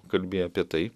kalbi apie tai